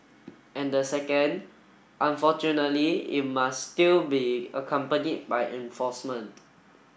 and the second unfortunately it must still be accompanied by enforcement